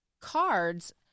cards